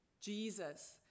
Jesus